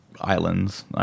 islands